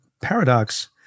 paradox